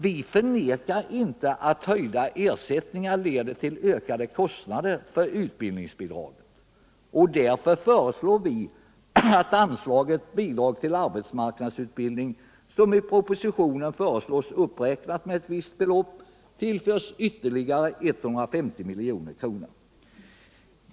Vi förnekar inte att höjda ersättningar leder till ökade kostnader för utbildningsbidragen, och därför föreslår vi att anslaget Bidrag till arbetsmarknadsutbildning, som i propositionen föreslås uppräknat med ett visst belopp, tillförs ytterligare 150 milj.kr.